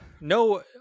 no